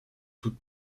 toute